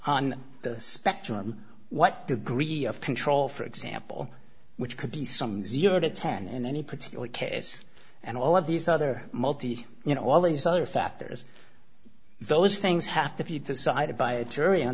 on the spectrum what degree of control for example which could be some zero to ten in any particular case and all of these other multi you know all these other factors those things have to be decided by a jury